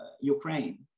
Ukraine